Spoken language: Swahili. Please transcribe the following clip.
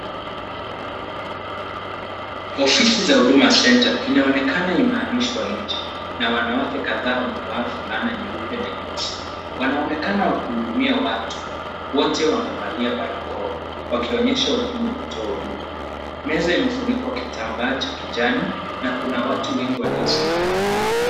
Ofisi za Huduma Centre inaonekana imehamishwa nje na wanawake kadhaa wamevaa fulana nyeupe na nyeusi. Wanaonekana wakihudumia watu. Wote wamevalia barakoa wakionyesha umuhimu wa kutoa huduma. Meza imefunikwa kitambaa cha kijani na kuna watu wengi waliosimama nyuma.